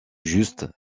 justes